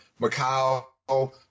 Macau